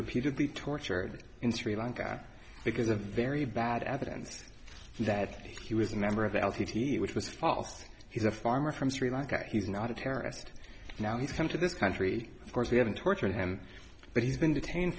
repeatedly tortured in sri lanka because a very bad evidence that he was a member of the l t v which was false he's a farmer from sri lanka he's not a terrorist now he's come to this country of course we haven't tortured him but he's been detained